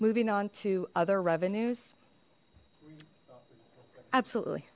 moving on to other revenues absolutely